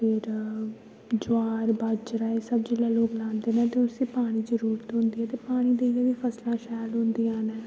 फिर ज्वार बाजरा एह् सब्भ जिल्लै लोग लांदे न ते उस्सी पानी दी जरूरत होंदी ऐ ते पानी देनै नै फसलां शैल होंदियां न